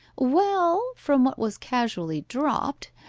well, from what was casually dropped,